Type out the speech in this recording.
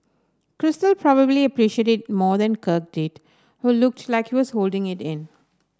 crystal probably appreciated it more than Kirk did who looks like he was holding it in